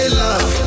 love